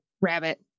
Rabbit